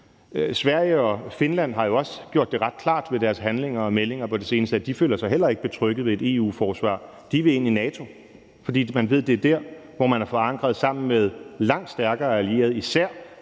Sverige og Finland har jo også gjort det ret klart ved deres handlinger og meldinger på det seneste, at de heller ikke føler sig betrygget ved et EU-forsvar. De vil ind i NATO, fordi man ved, at det er der, hvor man er forankret sammen med langt stærkere allierede, især